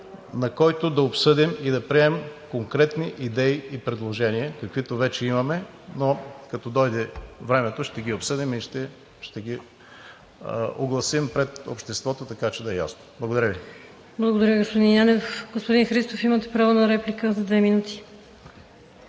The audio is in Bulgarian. на който да обсъдим и да приемем конкретни идеи и предложения, каквито вече имаме, но като дойде времето, ще ги обсъдим и ще ги огласим пред обществото, така че да е ясно. Благодаря Ви. ПРЕДСЕДАТЕЛ ВИКТОРИЯ ВАСИЛЕВА: Благодаря, господин Янев. Господин Христов имате право на реплика – две минути.